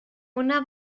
una